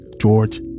George